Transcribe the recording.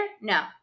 No